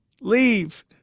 leave